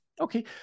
Okay